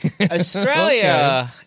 Australia